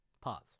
Pause